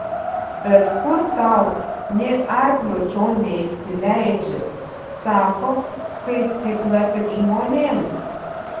bet kur tau nė arklio čion neįsileidžia sako skaistykla tik žmonėms